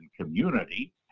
community